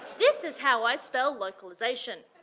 this is how i spell localization,